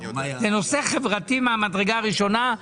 זה נושא חברתי מהמדרגה הראשונה.